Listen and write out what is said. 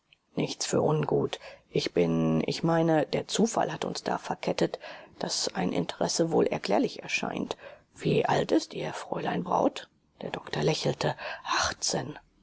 nichts für ungut ich bin ich meine der zufall hat uns da verkettet daß ein interesse wohl erklärlich erscheint wie alt ist ihr fräulein braut der doktor lächelte achtzehn